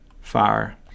fire